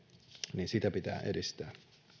pitää edistää